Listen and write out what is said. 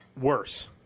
Worse